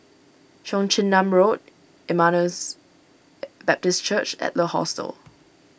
Cheong Chin Nam Road Emmaus Baptist Church Adler Hostel